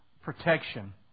protection